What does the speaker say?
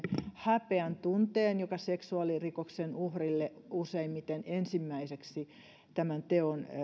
häpeäntunteen joka seksuaalirikoksen uhrille useimmiten ensimmäiseksi tämän teon